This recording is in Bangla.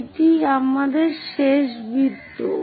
এটিই আমাদের শেষ বৃত্ত